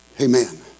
Amen